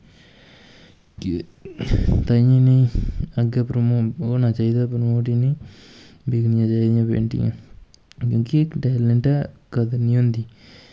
कि ताइयें इनेंगी अग्गैं प्रो होना चाहिदा प्रमोट इ'नेंगी बिकनियां चाहिदियां पेंटिंगां क्योंकि इक टैलेंट ऐ कदर निं होंदी